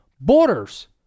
borders